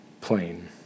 plain